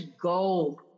go